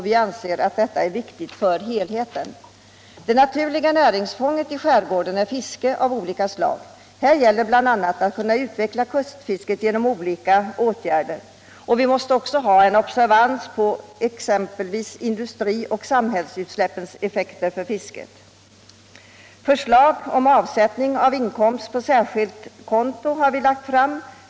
Vi anser detta viktigt för helheten. Det naturliga näringsfånget i skärgården är fiske av olika slag. Här gäller det bl.a. att kunna utveckla kustfisket genom olika åtgärder. Vi måste också ha observans på exempelvis industrioch samhällsutsläppens effekter för fisket. Förslag om avsättning av inkomst på särskilt konto har vi lagt fram.